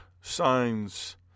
signs